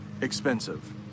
expensive